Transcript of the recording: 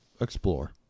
explore